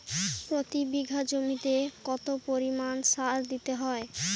প্রতি বিঘা জমিতে কত পরিমাণ সার দিতে হয়?